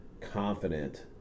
confident